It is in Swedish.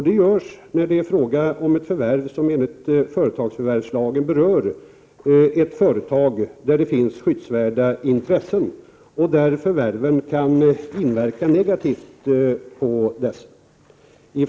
Så sker när det är fråga om ett förvärv som enligt företagsförvärvslagen berör ett företag med skyddsvärda intressen och där förvärvet kan inverka negativt på dessa.